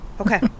Okay